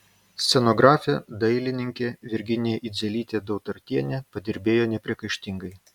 scenografė dailininkė virginija idzelytė dautartienė padirbėjo nepriekaištingai